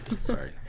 Sorry